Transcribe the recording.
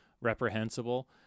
reprehensible